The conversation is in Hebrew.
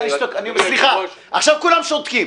סליחה, עכשיו כולם שותקים.